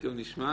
תכף נשמע.